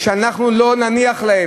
שאנחנו לא נניח להם